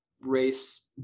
race